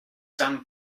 dan